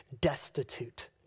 destitute